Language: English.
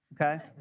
okay